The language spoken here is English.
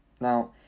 Now